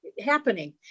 Happening